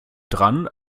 dran